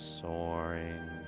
Soaring